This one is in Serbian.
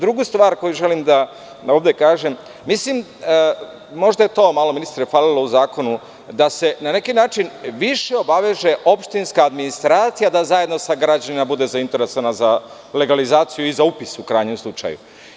Druga stvar koju želim da kažem, možda je to malo ministre hvalilo u zakonu, da se na neki način više obaveže opštinska administracija da zajedno sa građanima bude zainteresovana za legalizaciju i za upis u krajnjem slučaju.